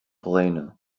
helena